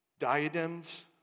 diadems